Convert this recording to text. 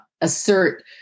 assert